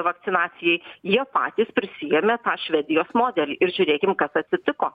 vakcinacijai jie patys prisiėmė tą švedijos modelį ir žiūrėkim kas atsitiko